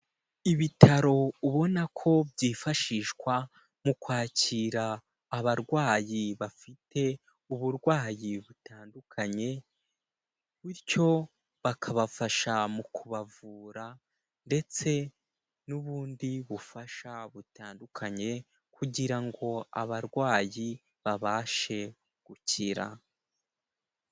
Ibitaro ubona ko byifashishwa mu kwakira abarwayi bafite uburwayi butandukanye, bityo bakabafasha mu kubavura ndetse n'ubundi bufasha butandukanye kugira ngo abarwayi babashe gukira.